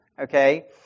okay